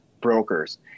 brokers